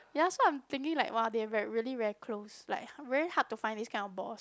ya so I'm thinking like !wah! they like really very close like very hard to find this kind of boss